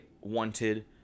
wanted